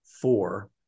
four